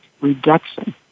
reduction